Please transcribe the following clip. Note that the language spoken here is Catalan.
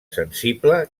sensible